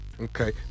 Okay